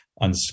on